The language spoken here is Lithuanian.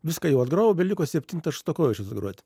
viską jau atgrojau beliko septintas šostakovičius groti